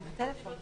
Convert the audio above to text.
הצבעה